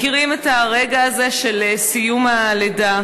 מכיר את הרגע הזה של סיום הלידה.